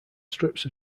strips